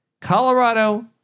Colorado